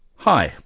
hi.